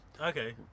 okay